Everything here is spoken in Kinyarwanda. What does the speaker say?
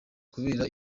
kubera